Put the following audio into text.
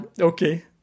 okay